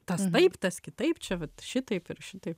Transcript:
tas taip tas kitaip čia vat šitaip ir šitaip